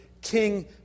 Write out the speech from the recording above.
king